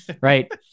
right